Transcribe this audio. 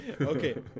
Okay